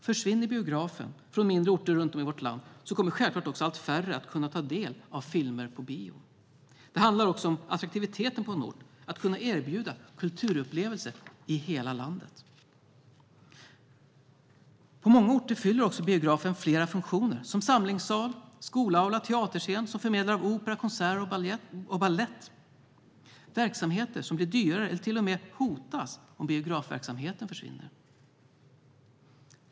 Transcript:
Försvinner biografen från mindre orter runt om i vårt land kommer självklart också allt färre att kunna ta del av filmer på bio. Det handlar också om attraktiviteten på en ort, att kunna erbjuda kulturupplevelser i hela landet. På många orter fyller biografen flera funktioner, som samlingssal, skolaula, teaterscen och förmedlare av opera, konserter och balett. Det är verksamheter som blir dyrare eller till och med hotas om biografverksamheten försvinner.